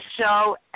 show